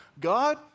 God